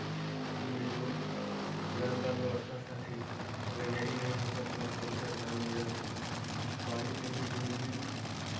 कि यह जो नल का व्यवस्था था ठीक था अगर यही नहीं होता तो लोग बहुत परेशान हो जाते पानी के लिए ज़िंदगी